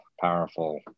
powerful